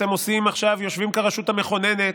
אתם עכשיו יושבים כרשות המכוננת,